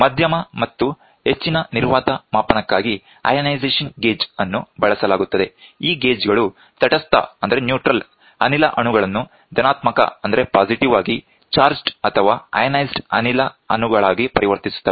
ಮಧ್ಯಮ ಮತ್ತು ಹೆಚ್ಚಿನ ನಿರ್ವಾತ ಮಾಪನಕ್ಕಾಗಿ ಅಯಾನೈಸೇಶನ್ ಗೇಜ್ ಅನ್ನು ಬಳಸಲಾಗುತ್ತದೆ ಈ ಗೇಜ್ ಗಳು ತಟಸ್ಥ ಅನಿಲ ಅಣುಗಳನ್ನು ಧನಾತ್ಮಕವಾಗಿ ಚಾರ್ಜ್ಡ್ ಅಥವಾ ಅಯಾನೈಸ್ಡ್ ಅನಿಲ ಅಣುಗಳಾಗಿ ಪರಿವರ್ತಿಸುತ್ತವೆ